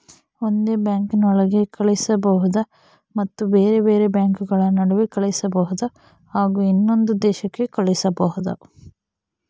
ಒಂದೇ ಬ್ಯಾಂಕಿನೊಳಗೆ ಕಳಿಸಬಹುದಾ ಮತ್ತು ಬೇರೆ ಬೇರೆ ಬ್ಯಾಂಕುಗಳ ನಡುವೆ ಕಳಿಸಬಹುದಾ ಹಾಗೂ ಇನ್ನೊಂದು ದೇಶಕ್ಕೆ ಕಳಿಸಬಹುದಾ?